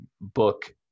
book